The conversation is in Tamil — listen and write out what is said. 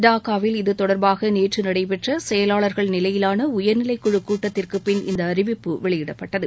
டாக்காவில் இது தொடர்பாக நேற்று நடைபெற்ற செயலாளர்கள் நிலையிலான உயர்நிலைக்குழக் கூட்டத்திற்குப்பின் இந்த அறிவிப்பு வெளியிடப்பட்டது